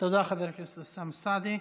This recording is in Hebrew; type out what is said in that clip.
חבר הכנסת אוסאמה סעדי.